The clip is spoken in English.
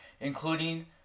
including